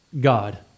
God